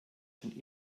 schon